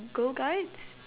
girl guides